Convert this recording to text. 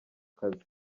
kazi